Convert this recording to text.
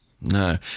No